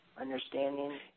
understanding